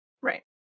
Right